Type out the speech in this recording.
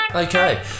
Okay